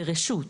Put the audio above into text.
ברשות.